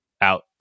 out